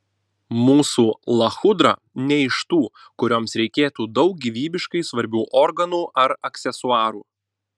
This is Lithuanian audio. mūsų lachudra ne iš tų kurioms reikėtų daug gyvybiškai svarbių organų ar aksesuarų